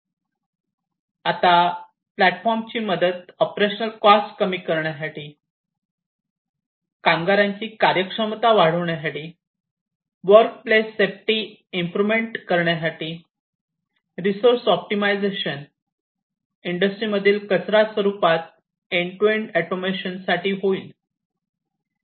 अशा प्लॅटफॉर्मची मदत ऑपरेशनल कॉस्ट कमी करण्यासाठी कामगारांची कार्यक्षमता वाढविण्यासाठी वर्क प्लेस सेफ्टी इंप्रोमेंट करण्यासाठी रिसोर्स ऑप्टिमायझेशन इंडस्ट्री मधील कचरा कपात आणि एंड टू एंड ऑटोमेशन साठी होईल